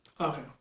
Okay